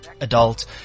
adult